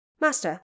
Master